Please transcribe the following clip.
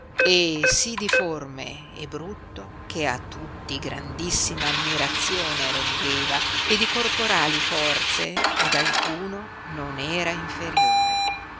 e sì diforme e brutto che a tutti grandissima ammirazione rendeva e di corporali forze ad alcuno non era inferiore